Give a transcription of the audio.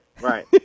Right